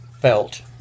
felt